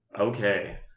Okay